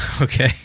Okay